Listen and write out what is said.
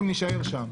גם נישאר שם.